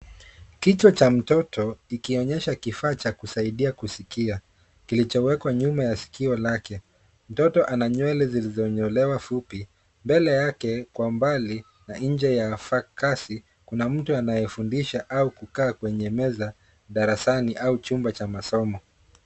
Kichwa cha mtoto ikionyesha kifaa cha kusaidia kusikia kilicho wekwa nyuma ya sikio lake. Mtoto ana nywele zilizo nyolewa fupi. Mbele yake kwa mbali na nje ya fakasi kuna mtu anaye fundisha au kukaa kwenye meza darasani au chumba cha masomo.